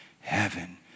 heaven